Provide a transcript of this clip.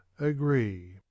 agree